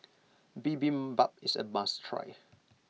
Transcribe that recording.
Bibimbap is a must try